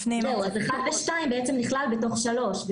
אז (1) ו-(2) בעצם נכלל בתוך (3).